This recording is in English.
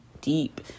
deep